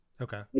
okay